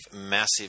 massive